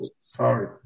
sorry